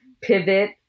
pivot